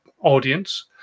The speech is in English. audience